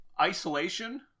isolation